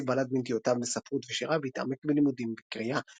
נאסיף בלט בנטיותיו לספרות ושירה והתעמק בלימודים וקריאה.